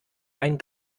einen